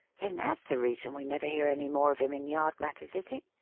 then that's the reason we never hear any more of him in yard matters, is it?